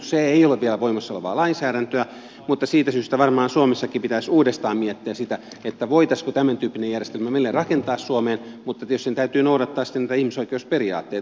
se ei ole vielä voimassa olevaa lainsäädäntöä mutta siitä syystä varmaan suomessakin pitäisi uudestaan miettiä sitä voitaisiinko tämäntyyppinen järjestelmä meille rakentaa suomeen mutta tietysti sen täytyy noudattaa sitten niitä ihmisoikeusperiaatteita